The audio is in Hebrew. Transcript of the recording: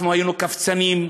היינו קבצנים,